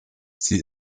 sie